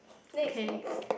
next next